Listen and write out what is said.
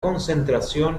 concentración